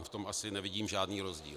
V tom asi nevidím žádný rozdíl.